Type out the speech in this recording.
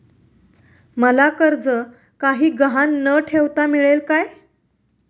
मला कर्ज काही गहाण न ठेवता मिळेल काय?